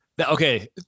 okay